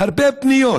הרבה פניות